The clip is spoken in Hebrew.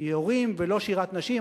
יורים ולא שירת נשים.